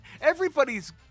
everybody's